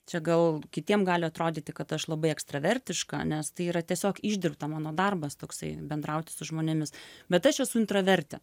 čia gal kitiem gali atrodyti kad aš labai ekstravertiška nes tai yra tiesiog išdirbta mano darbas toksai bendrauti su žmonėmis bet aš esu intravertė